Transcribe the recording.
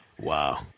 Wow